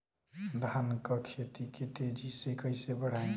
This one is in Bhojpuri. धान क खेती के तेजी से कइसे बढ़ाई?